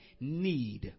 need